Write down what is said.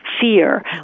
fear